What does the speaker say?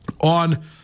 on